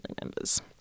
members